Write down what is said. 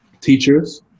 teachers